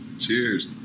Cheers